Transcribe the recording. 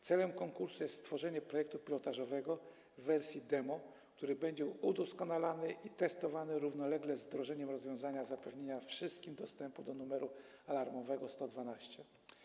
Celem konkursu jest stworzenie projektu pilotażowego w wersji demo, który będzie udoskonalany i testowany równolegle z wdrażaniem rozwiązania zapewniającego wszystkim dostępu do numeru alarmowego 112.